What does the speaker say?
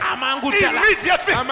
Immediately